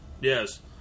Yes